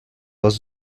was